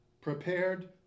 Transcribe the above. Prepared